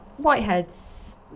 whiteheads